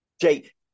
Jake